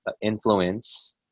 influence